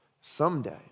Someday